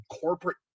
corporate